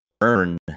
earn